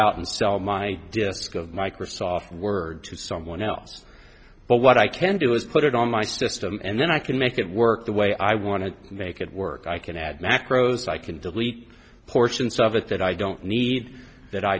out and sell my disk of microsoft word to someone else but what i can do is put it on my system and then i can make it work the way i want to make it work i can add macros i can delete portions of it that i don't need that i